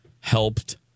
helped